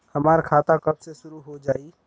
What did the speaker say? हमार खाता कब से शूरू हो जाई?